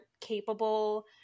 capable